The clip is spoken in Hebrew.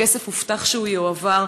הכסף הובטח שיועבר,